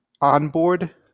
onboard